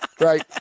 right